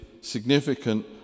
significant